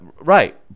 Right